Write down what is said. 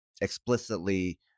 explicitly